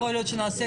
נכון.